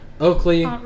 Oakley